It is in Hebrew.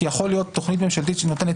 כי יכולה להיות תכנית ממשלתית שנותנת